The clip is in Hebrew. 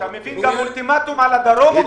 אולטימטום על הדרום.